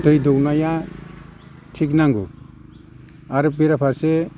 दै दौनाया थिग नांगौ आरो बेराफारसे